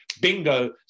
bingo